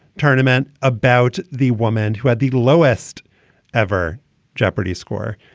tournament about the woman who had the lowest ever jeopardy's score.